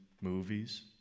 movies